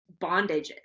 bondages